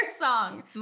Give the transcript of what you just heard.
song